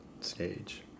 stage